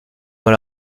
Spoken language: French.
dans